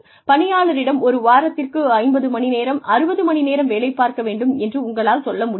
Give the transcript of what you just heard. பணியாளரிடம் ஒரு வாரத்திற்கு 50 மணிநேரம் 60 மணிநேரம் வேலை பார்க்க வேண்டும் என்று உங்களால் சொல்ல முடியாது